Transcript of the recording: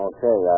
Okay